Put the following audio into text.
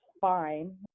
fine